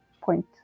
point